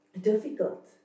difficult